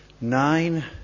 nine